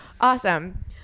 Awesome